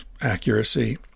accuracy